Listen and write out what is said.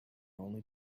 only